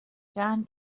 john